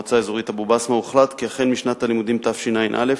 המועצה האזורית אבו-בסמה הוחלט כי החל משנת הלימודים תשע"א